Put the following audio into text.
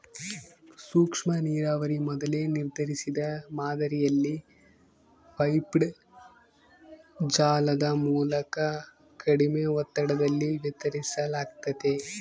ಸೂಕ್ಷ್ಮನೀರಾವರಿ ಮೊದಲೇ ನಿರ್ಧರಿಸಿದ ಮಾದರಿಯಲ್ಲಿ ಪೈಪ್ಡ್ ಜಾಲದ ಮೂಲಕ ಕಡಿಮೆ ಒತ್ತಡದಲ್ಲಿ ವಿತರಿಸಲಾಗ್ತತೆ